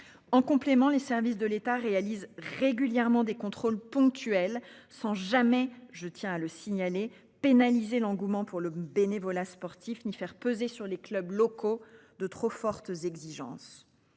en complément les services de l'État réalise régulièrement des contrôles ponctuels sans jamais, je tiens à le signaler pénaliser l'engouement pour le bénévolat sportif ni faire peser sur les clubs locaux de trop fortes exigences.